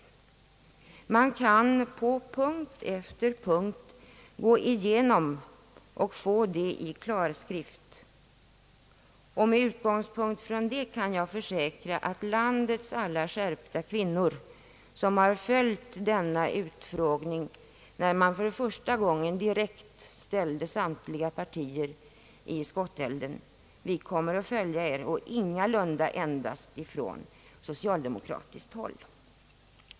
Man kan på punkt efter punkt gå igenom programmet och få resultatet i klarskrift. Med utgångspunkt från det kan jag försäkra, att landets alla skärpta kvinnor som följt denna utfrågning, där man för första gången direkt ställde företrädare för samtliga partier i skottgluggen, kommer att följa er, alltså ingalunda enbart de socialdemokratiska kvinnorna.